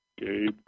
Gabe